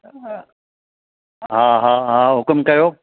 हा हा हा हुकुम कयो